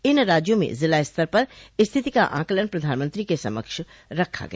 इन राज्यों में जिला स्तर पर स्थिति का आकलन प्रधानमंत्री के समक्ष रखा गया